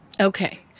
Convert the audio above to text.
Okay